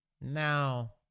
Now